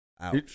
Ouch